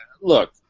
look